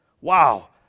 Wow